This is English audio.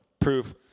proof